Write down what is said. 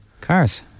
Cars